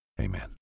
amen